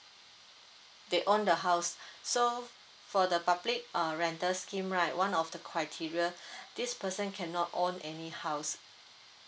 they owned the house so for the public uh rental scheme right one of the criteria this person cannot own any house